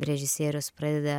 režisierius pradeda